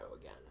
again